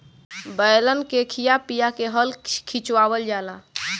बैलन के खिया पिया के हल खिचवावल जाला